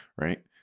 Right